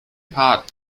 part